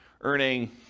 earning